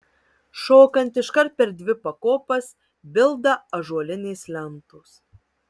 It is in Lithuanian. šokant iškart per dvi pakopas bilda ąžuolinės lentos